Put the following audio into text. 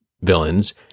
villains